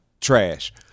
trash